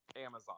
Amazon